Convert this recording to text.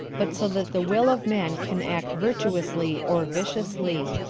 but so that the will of man can act virtuously or viciously.